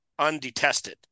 undetested